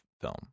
film